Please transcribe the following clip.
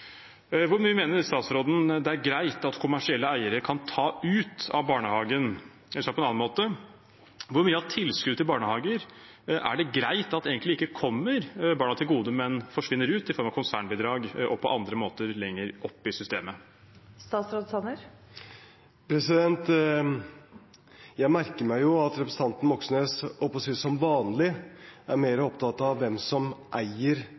Hvor mye mener statsråden det er greit at kommersielle eiere kan ta ut av barnehager? Eller sagt på en annen måte: Hvor mye av tilskuddet til barnehager er det greit at egentlig ikke kommer barna til gode, men forsvinner ut i form av konsernbidrag og på andre måter lenger opp i systemet? Jeg merker meg jo at representanten Moxnes – jeg holdt på å si som vanlig – er mer opptatt av hvem som eier